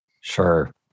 Sure